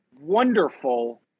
wonderful